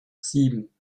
sieben